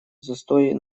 застой